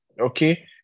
okay